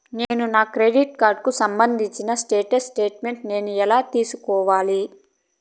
నేను నా క్రెడిట్ కార్డుకు సంబంధించిన స్టేట్ స్టేట్మెంట్ నేను ఎలా తీసుకోవాలి?